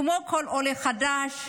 כמו כל עולה חדש,